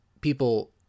people—